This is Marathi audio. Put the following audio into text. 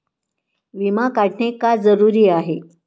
विमा काढणे का जरुरी आहे?